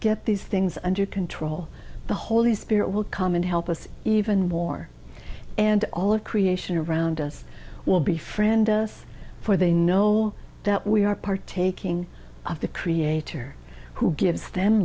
get these things under control the holy spirit will come and help us even more and all of creation around us will be friend us for they know that we are partaking of the creator who gives them